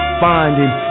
finding